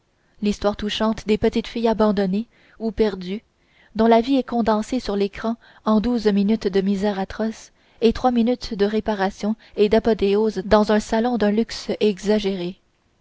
l'histoire touchante des petites filles abandonnées ou perdues dont la vie est condensée sur l'écran en douze minutes de misère atroce et trois minutes de réparation et d'apothéose dans un salon d'un luxe exagéré